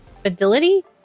fidelity